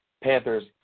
Panthers